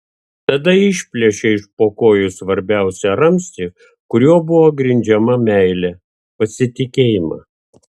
tada išplėšei iš po kojų svarbiausią ramstį kuriuo buvo grindžiama meilė pasitikėjimą